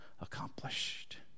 accomplished